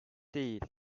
değil